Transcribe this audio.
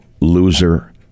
loser